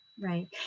Right